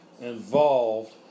involved